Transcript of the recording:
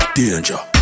danger